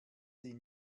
sie